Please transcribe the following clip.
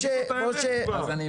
תגידו את האמת כבר.